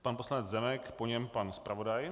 Pan poslanec Zemek, po něm pan zpravodaj.